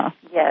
Yes